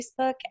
Facebook